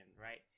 right